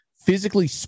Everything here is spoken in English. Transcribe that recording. physically